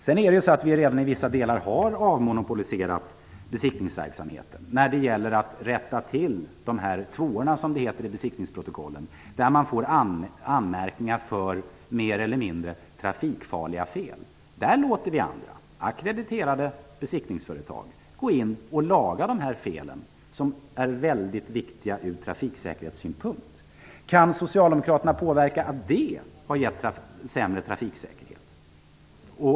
Vi har redan i vissa delar avmonopoliserat besiktningsverksamheten när det gäller att rätta till de s.k. tvåorna, som det heter i besiktningskontrollen, där man får anmärkningar för mer eller mindre trafikfarliga fel. Där låter vi andra ackrediterade besiktningsföretag gå in och laga felen som ur trafiksäkerhetssynpunkt är mycket allvarliga. Kan socialdemokraterna påverka att det har medfört sämre trafiksäkerhet?